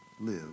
live